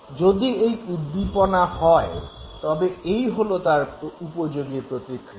এই যদি উদ্দীপনা হয় তবে এই হল তার উপযোগী প্রতিক্রিয়া